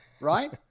Right